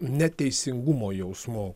neteisingumo jausmu